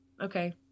Okay